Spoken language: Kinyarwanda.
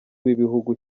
b’ibihugu